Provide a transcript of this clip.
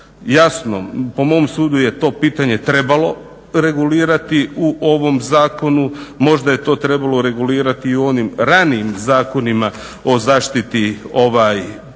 jasno po mom sudu je to pitanje trebalo regulirati u ovom zakonu. Možda je to trebalo regulirati i u onim ranijim zakonima o zaštiti prirode.